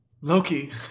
Loki